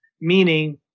meaning